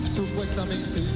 supuestamente